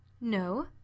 No